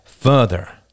Further